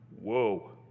Whoa